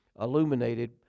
illuminated